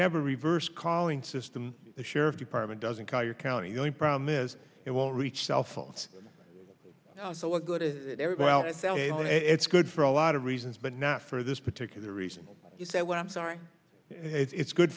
have a reverse calling system the sheriff's department doesn't call your county only problem is it will reach cell phones so what good is well it's good for a lot of reasons but not for this particular reason you say well i'm sorry it's good